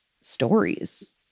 stories